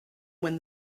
when